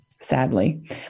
sadly